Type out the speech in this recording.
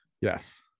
Yes